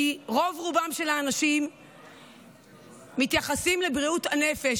כי רוב-רובם של האנשים מתייחסים לבריאות הנפש